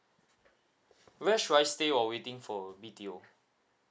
where should I stay while waiting for B_T_O